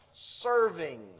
serving